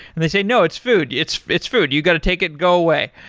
they say, no, it's food. it's it's food. you got to take it. go away.